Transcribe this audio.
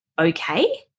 okay